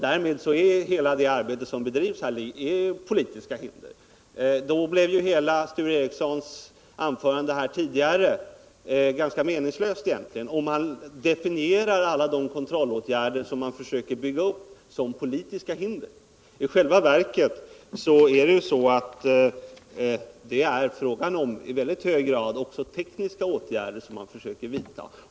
Därmed är hela det arbete som bedrivs politiskt. Om man definierar alla de kontrollåtgärder som man försöker bygga upp som politiska hinder blir Sture Ericsons hela anförande egentligen ganska meningslöst. I själva verket är det i hög grad tekniska åtgärder som man försöker vidta.